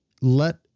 Let